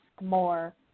more